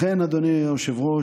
לכן, אדוני היושב-ראש,